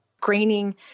graining